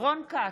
רון כץ,